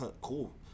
Cool